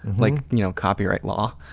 like you know, copyright law.